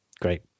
great